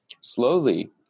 slowly